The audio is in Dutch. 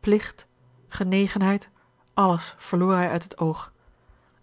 plicht genegenheid alles verloor hij uit het oog